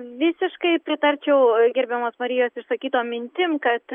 visiškai pritarčiau gerbiamos marijos išsakytom mintim kad